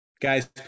Guys